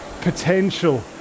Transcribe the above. potential